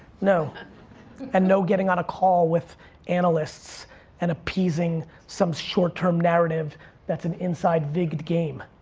no and no getting on a call with analysts and appeasing some short-term narrative that's an inside vigged game.